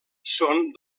són